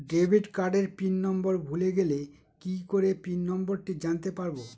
Debit কার্ডের pin number ভুলে গেলে কি করে পিন নম্বরটি জানতে পারবো?